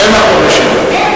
אין מקום לשוויון.